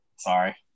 Sorry